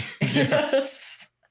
Yes